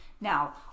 Now